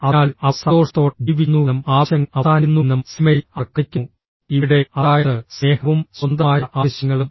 അതിനാൽ അവർ സന്തോഷത്തോടെ ജീവിക്കുന്നുവെന്നും ആവശ്യങ്ങൾ അവസാനിക്കുന്നുവെന്നും സിനിമയിൽ അവർ കാണിക്കുന്നു ഇവിടെ അതായത് സ്നേഹവും സ്വന്തമായ ആവശ്യങ്ങളും